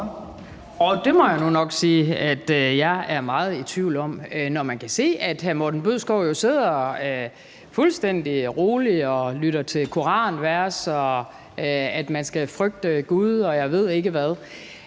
det må jo jeg nok sige at jeg er meget i tvivl om, når man kan se, at hr. Morten Bødskov sidder fuldstændig roligt og lytter til koranvers og til, at man skal frygte Gud, og jeg ved ikke hvad.